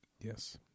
Yes